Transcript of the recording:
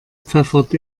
pfeffert